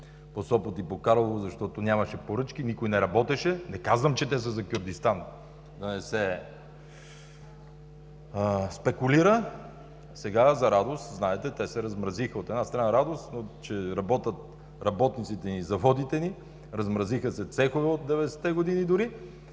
по Сопот и по Карлово, защото нямаше поръчки, никой не работеше. Не казвам, че те са за Кюрдистан. Нека да не се спекулира. Сега, за радост, знаете, те се размразиха. От една страна е радост, че работят работниците ни и заводите ни. Размразиха се цехове от 90-те години дори,